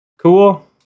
Cool